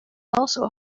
also